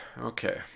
okay